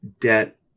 debt